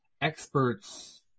experts